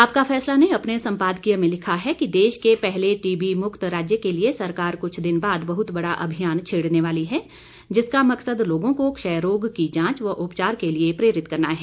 आपका फैसला ने अपने संपादकीय में लिखा है कि देश के पहले टीबी मुक्त राज्य के लिए सरकार कुछ दिन बाद बहुत बड़ा अभियान छेड़ने वाली है जिसका मकसद लोगों को क्षय रोग की जांच व उपचार के लिए प्रेरित करना है